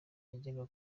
yajyaga